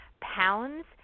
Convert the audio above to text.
pounds